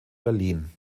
berlin